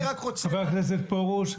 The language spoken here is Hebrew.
חבר הכנסת פרוש,